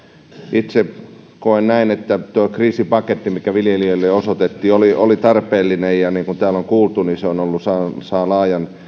itse koen näin että tuo kriisipaketti mikä viljelijöille osoitettiin oli oli tarpeellinen niin kuin täällä on kuultu se saa laajan